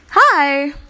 Hi